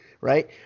right